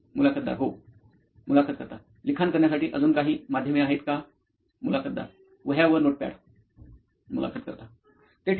मुलाखतदार होय मुलाखत कर्ता लिखाण करण्यासाठी अजून काही माधेयमे आहेत का किंवा मुलाखतदार वह्या व नोटपॅड मुलाखत कर्ता ते ठीक आहे